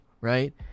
right